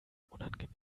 unangenehm